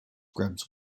grabs